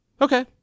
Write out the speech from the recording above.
okay